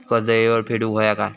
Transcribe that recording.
कर्ज येळेवर फेडूक होया काय?